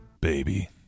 baby